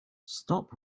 stop